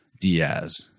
Diaz